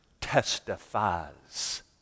testifies